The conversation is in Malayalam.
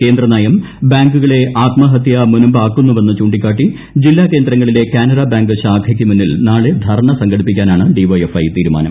കേന്ദ്ര നയം ബാങ്കുകളെ ആത്മഹത്യാ മുനമ്പാക്കുന്നു്വെന്ന് ചൂണ്ടിക്കാട്ടി ജില്ലാ കേന്ദ്രങ്ങളിലെ കാനറാ ബ്ടാങ്ക് ശ്രാഖയ്ക്ക് മുന്നിൽ നാളെ ധർണ സംഘടിപ്പിക്കാനാണ് ഡി വൈ എഫ് ഐ തീരുമാനം